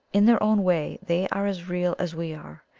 in their own way they are as real as we are,